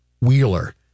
Wheeler